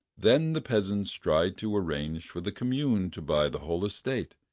then the peasants tried to arrange for the commune to buy the whole estate,